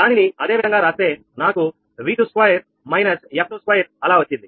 దానిని అదే విధంగా రాస్తే నాకు 2 − 2అలా వచ్చింది